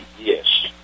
yes